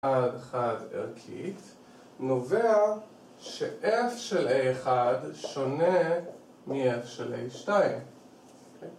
חד חד ערכית נובע ש-f של a1 שונה מ-f של a2.